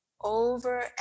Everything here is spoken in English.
over